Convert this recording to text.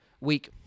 week